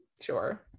sure